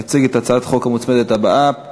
יציג את הצעת החוק המוצמדת הבאה,